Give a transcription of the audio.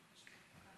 הבא,